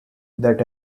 that